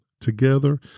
Together